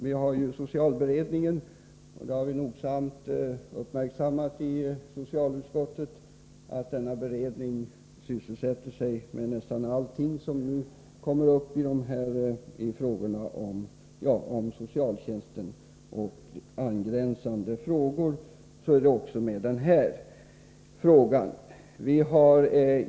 Vi har i socialutskottet nogsamt uppmärksammat att socialberedningen sysselsätter sig med nästan allting som nu kommer upp i diskussionen om socialtjänsten och angränsande frågor. Så är det också med den här aktuella frågan.